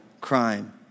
crime